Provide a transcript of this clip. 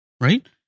right